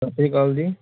ਸਤਿ ਸ਼੍ਰੀ ਅਕਾਲ ਜੀ